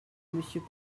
monsieur